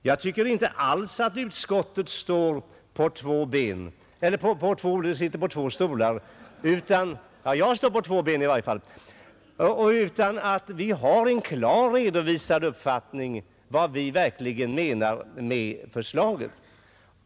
Jag tycker inte alls att utskottet sitter på två stolar — jag står på två ben i varje fall — utan att vi klart har redovisat vad vi verkligen menar med förslaget.